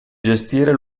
gestire